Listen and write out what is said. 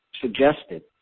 suggested